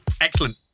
Excellent